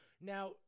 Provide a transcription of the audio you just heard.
now